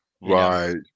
right